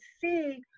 see